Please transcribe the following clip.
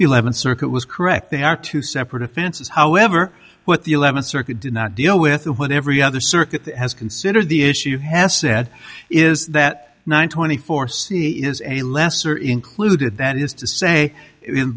the eleventh circuit was correct they are two separate offenses however what the eleventh circuit did not deal with what every other circuit has considered the issue has said is that nine twenty four c is a lesser included that is to say